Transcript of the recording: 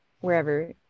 wherever